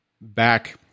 back